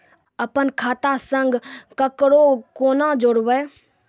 अपन खाता संग ककरो कूना जोडवै?